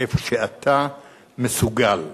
איפה שאתה מסוגל.